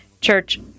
church